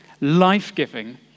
life-giving